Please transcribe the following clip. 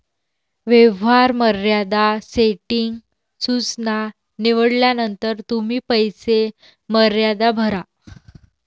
व्यवहार मर्यादा सेटिंग सूचना निवडल्यानंतर तुम्ही पैसे मर्यादा भरा